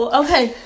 okay